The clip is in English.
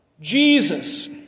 Jesus